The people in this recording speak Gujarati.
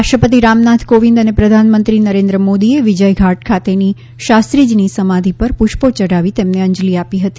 રાષ્ટ્રપતિ રામનાથ કોવિદ અને પ્રધાનમંત્રી નરેન્દ્ર મોદીએ વિજય ધાટ ખાતેની શાસ્ત્રીજીની સમાધિ પર પુષ્પો યઢાવી તેમને અંજલી આપી હતી